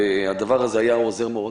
הדבר הזה היה עוזר מאוד,